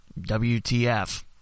WTF